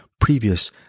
previous